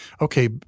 okay